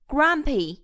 Grumpy